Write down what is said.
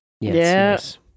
Yes